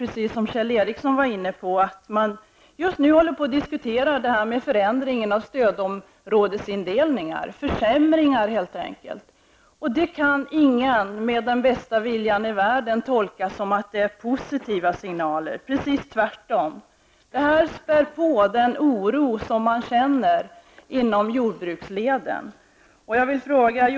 Just nu håller man på att diskutera förändringen av stödområdesindelningen, som Kjell Ericsson också var inne på. Det är fråga om försämringar helt enkelt.